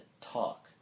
talk